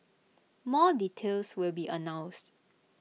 more details will be announced